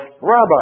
rabbi